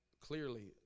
clearly